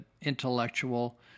intellectual